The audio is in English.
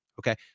Okay